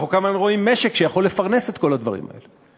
אנחנו כל הזמן רואים משק שיכול לפרנס את כל הדברים האלה.